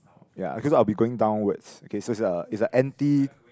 ya cause I'll be going downwards okay so it's a it's a anti